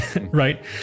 right